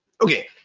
Okay